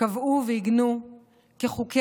קבעה ועיגנה כחוקי-יסוד